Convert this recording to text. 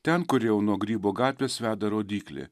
ten kur jau nuo grybo gatvės veda rodyklė